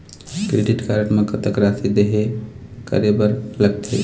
Credit card म कतक राशि देहे करे बर लगथे?